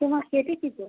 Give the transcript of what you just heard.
ও মা কেটে দিলো